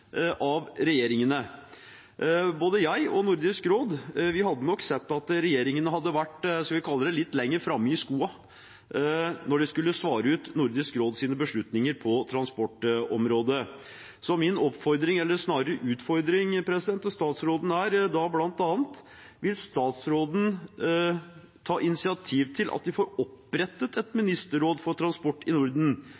av regjeringene. Både jeg og Nordisk råd hadde nok sett at regjeringene hadde vært – skal vi kalle det – litt lenger framme i skoa når de skulle svare ut Nordisk råds beslutninger på transportområdet. Så min oppfordring – eller snarere utfordring – til statsråden er da bl.a.: Vil statsråden ta initiativ til at vi får opprettet et